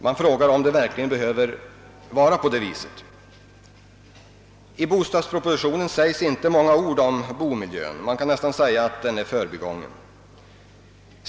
Man frågar om det verkligen behöver vara på det viset. I bostadspropositionen sägs inte många ord om bomiljön. Man kan nästan säga att den är förbigången.